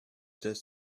death